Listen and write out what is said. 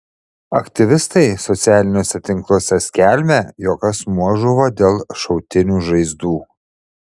aktyvistai socialiniuose tinkluose skelbia jog asmuo žuvo dėl šautinių žaizdų